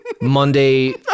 Monday